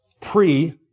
pre